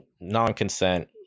non-consent